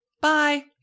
Bye